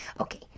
Okay